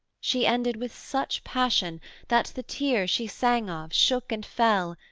she ended with such passion that the tear, she sang of, shook and fell,